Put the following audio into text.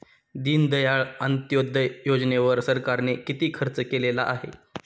दीनदयाळ अंत्योदय योजनेवर सरकारने किती खर्च केलेला आहे?